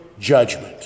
judgment